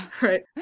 right